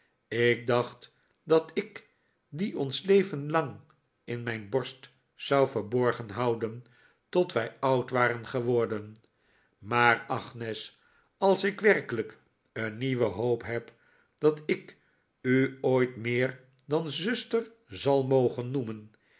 ik dacht dat ik die ons leven lang in mijn borst zou verborgen houden tot wij oud waren geworden maar agnes als ik werkelijk een nieuwe hoop heb dat ik u ooit meer dan zuster zal mogen noemen